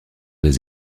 des